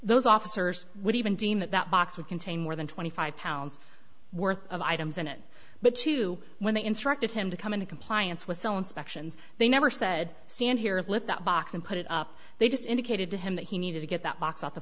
those officers would even deem that that box would contain more than twenty five pounds worth of items in it but two when they instructed him to come into compliance with so inspections they never said stand here and lift that box and put it up they just indicated to him that he needed to get that box off the